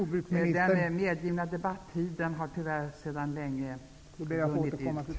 Den medgivna debattiden har tyvärr sedan länge runnit ut.